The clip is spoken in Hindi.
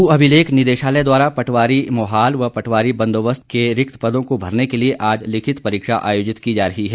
मू अभिलेख निदेशालय द्वारा पटवारी मोहाल व पटवारी बंदोबस्त के रिक्त पदों को भरने के लिए आज लिखित परीक्षा आयोजित की जा रही है